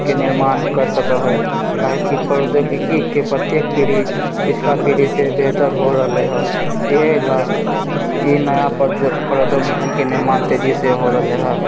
के निर्माण करि सकै हइ काहेकि प्रौद्योगिकीके प्रत्येक पीढ़ी पिछला पीढ़ीसँ बेहतर हो रहलै हँ इएह लऽ ई नया प्रौद्योगिकीके निर्माण तेजीसँ हो रहलै हँ